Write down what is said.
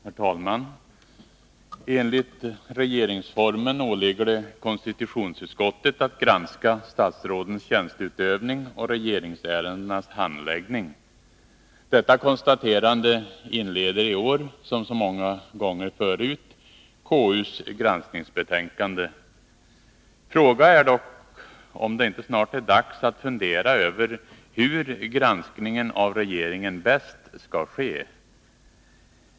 Herr talman! Enligt regeringsformen åligger det konstitutionsutskottet att granska statsrådens tjänsteutövning och regeringsärendenas handläggning. Detta konstaterande inleder i år, som så många gånger förut, KU:s granskningsbetänkande. Frågan är dock om det inte snart är dags att fundera över hur granskningen av regeringen bäst skall ske.